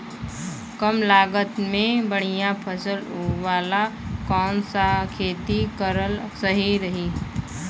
कमलागत मे बढ़िया फसल वाला कौन सा खेती करल सही रही?